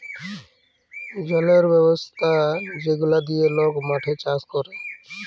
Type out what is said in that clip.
জলের ব্যবস্থা যেগলা দিঁয়ে লক মাঠে চাষ ক্যরে